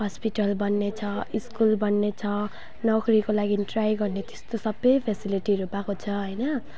hospital बनिएको छ school बनिएको छ नोकरीको लागि ट्राई गर्ने त्यस्तो सबै फेसिलिटीहरू पाएको छ होइन